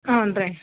ಹ್ಞೂ ರೀ